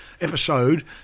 episode